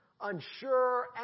unsure